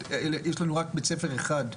פה יש לנו רק בית ספר אחד.